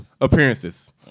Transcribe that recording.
appearances